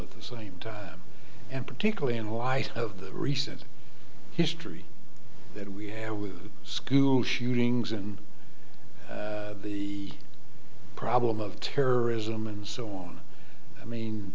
at the same time and particularly in light of the recent history that we have school shootings and the problem of terrorism and so on i mean